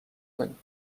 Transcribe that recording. کنیم